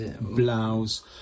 blouse